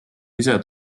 ise